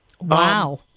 Wow